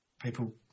people